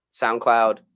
SoundCloud